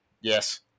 Yes